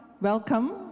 welcome